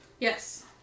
Yes